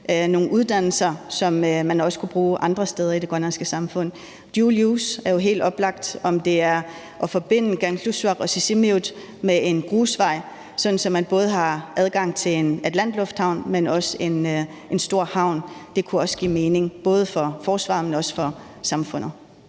nogle uddannelser, som man også kunne bruge andre steder i det grønlandske samfund. Dual use er jo helt oplagt, om det er at forbinde Kangerlussuaq og Sisimiut med en grusvej, så man både har adgang til en atlantisk lufthavn, men også en stor havn. Det kunne også give mening både for forsvaret og for samfundet.